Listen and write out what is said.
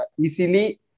easily